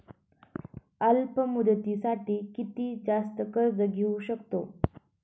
अल्प मुदतीसाठी किती जास्त कर्ज घेऊ शकतो?